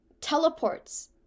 teleports